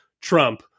trump